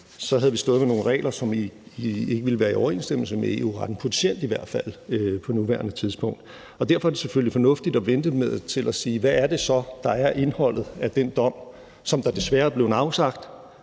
havde vi stået med nogle regler, som ikke ville være i overensstemmelse med EU-retten, i hvert fald potentielt, på nuværende tidspunkt. Og derfor er det selvfølgelig fornuftigt at vente og sige: Hvad er det så, der er indholdet af den dom, som der desværre er blevet afsagt,